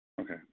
Okay